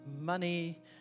money